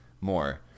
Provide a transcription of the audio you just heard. more